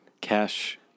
Cash